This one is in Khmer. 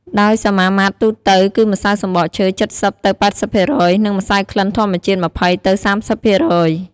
ដោយសមាមាត្រទូទៅគឺម្សៅសំបកឈើ ៧០ ទៅ ៨០% និង ម្សៅក្លិនធម្មជាតិ ២០ ទៅ ៣០%។